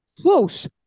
Close